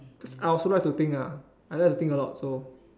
cause I also like to think ah I like to think a lot so